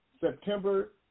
September